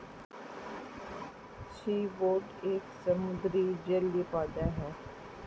seaweed एक समुद्री जलीय पौधा है